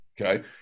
okay